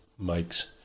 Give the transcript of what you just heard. makes